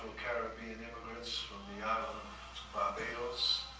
caribbean immigrants from the um barbados.